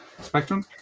spectrum